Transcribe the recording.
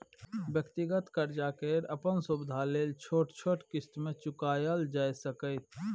व्यक्तिगत कर्जा के अपन सुविधा लेल छोट छोट क़िस्त में चुकायल जाइ सकेए